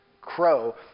crow